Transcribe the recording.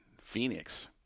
Phoenix